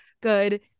good